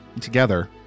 together